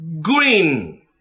green